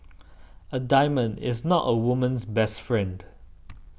a diamond is not a woman's best friend